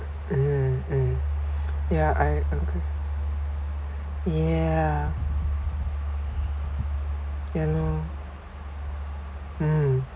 mm mm ya I agree yeah ya lor mm